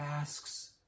asks